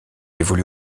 évolue